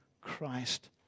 Christ